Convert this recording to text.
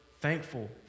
thankful